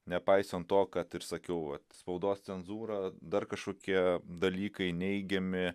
nepaisant to kad ir sakiau vat spaudos cenzūra dar kažkokie dalykai neigiami